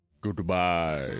Goodbye